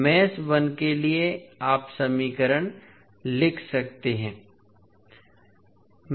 मेष 1 के लिए आप समीकरण लिख सकते हैं